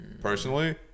personally